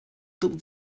tuk